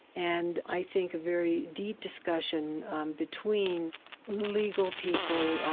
and i think a very deep discussion between legal people,